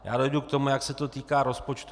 Já dojdu k tomu, jak se to týká rozpočtu.